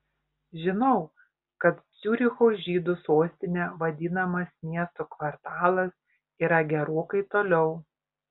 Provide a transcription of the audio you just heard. žinau kad ciuricho žydų sostine vadinamas miesto kvartalas yra gerokai toliau